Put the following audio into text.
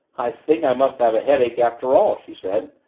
i think i must have a headache after all, she said.